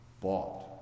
bought